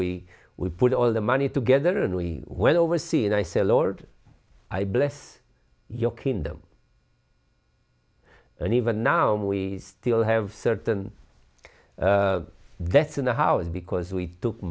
we we put all the money together and we went overseas and i said lord i bless your kingdom and even now we still have certain that's in the house because we